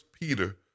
Peter